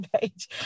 page